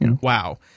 Wow